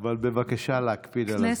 אבל בבקשה להקפיד על הזמנים.